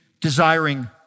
desiring